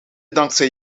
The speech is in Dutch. dankzij